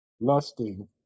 lusting